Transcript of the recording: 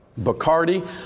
Bacardi